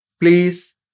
Please